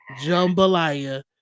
Jambalaya